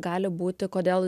gali būti kodėl